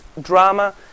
drama